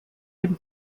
dem